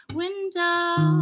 window